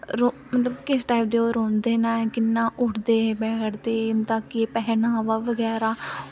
ते मतलब किश टाईम ते ओह् रौह्ंदे न कि'यां उट्ठदे बैठदे इंदा केह् पैह्नावा बगैरा